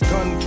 Gun